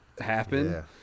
happen